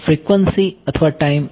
frequency અથવા time